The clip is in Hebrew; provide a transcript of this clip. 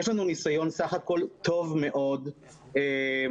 יש לנו ניסיון סך הכול טוב מאוד בניסיון